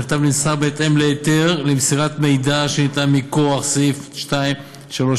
ונמסר בהתאם להיתר למסירת מידע שניתן מכוח סעיף 234